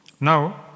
now